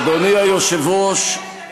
אדוני היושב-ראש,